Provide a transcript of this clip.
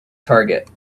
target